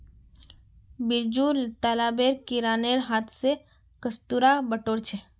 बिरजू तालाबेर किनारेर हांथ स कस्तूरा बटोर छ